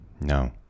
no